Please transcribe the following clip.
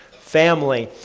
family,